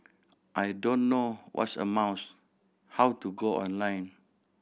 I don't know what's a mouse how to go online